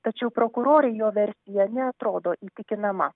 tačiau prokurorei jo versija neatrodo įtikinama